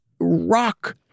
rock